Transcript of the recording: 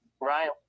Ryan